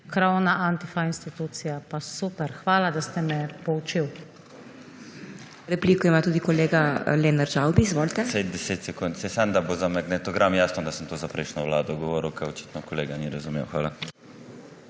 krovna antifa institucija? Super, hvala da ste me poučili.